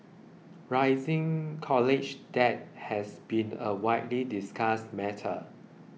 rising college debt has been a widely discussed matter